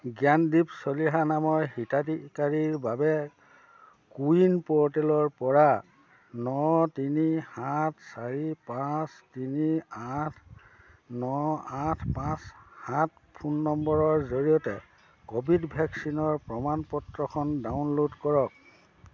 জ্ঞানদীপ চলিহা নামৰ হিতাধিকাৰীৰ বাবে কোৱিন প'ৰ্টেলৰ পৰা ন তিনি সাত চাৰি পাঁচ তিনি আঠ ন আঠ পাঁচ সাত ফোন নম্বৰৰ জৰিয়তে ক'ভিড ভেকচিনৰ প্ৰমাণ পত্ৰখন ডাউনল'ড কৰক